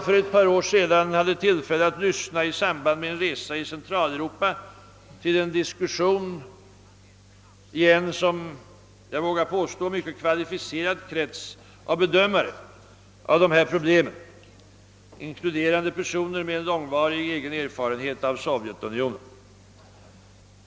För ett par år sedan lyssnade jag i samband med en resa i Centraleuropa till en diskussion i en mycket kvalificerad, vågar jag säga, krets av bedömare av dessa problem, inkluderande personer med en långvarig erfarenhet av sovjetiska förhållanden.